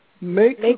make